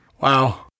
Wow